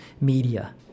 media